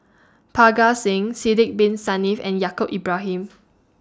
Parga Singh Sidek Bin Saniff and Yaacob Ibrahim